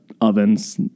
ovens